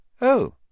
Oh